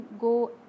go